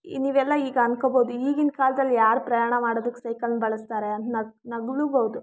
ಈ ನೀವೆಲ್ಲ ಈಗ ಅನ್ಕೊಬೋದು ಈಗಿನ ಕಾಲ್ದಲ್ಲಿ ಯಾರು ಪ್ರಯಾಣ ಮಾಡೋದಕ್ಕೆ ಸೈಕಲ್ನ ಬಳಸ್ತಾರೆ ಅಂತ ನಗು ನಗ್ಲೂಬೋದು